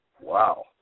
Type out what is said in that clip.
Wow